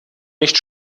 nicht